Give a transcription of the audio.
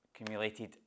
accumulated